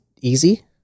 easy